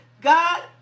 God